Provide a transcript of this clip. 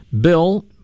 Bill